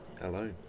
Hello